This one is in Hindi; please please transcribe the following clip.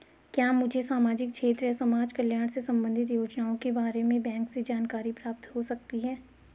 क्या मुझे सामाजिक क्षेत्र या समाजकल्याण से संबंधित योजनाओं के बारे में बैंक से जानकारी प्राप्त हो सकती है?